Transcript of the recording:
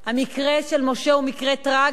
המקרה של משה הוא מקרה טרגי,